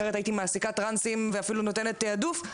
אחרת הייתי מעסיקה טרנסים ואפילו נותנת תעדוף,